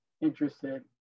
interested